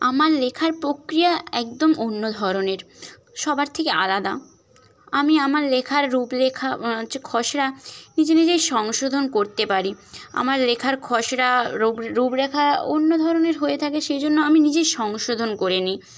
আমার লেখার প্রক্রিয়া একদম অন্য ধরনের সবার থেকে আলাদা আমি আমার লেখার রূপলেখা খসড়া নিজে নিজেই সংশোধন করতে পারি আমার লেখার খসরা রূপরেখা অন্য ধরনের হয়ে থাকে সে জন্য আমি নিজেই সংশোধন করে নিই